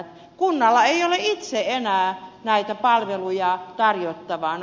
kunnalla ei ole itsellään enää näitä palveluja tarjottavana